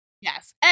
Yes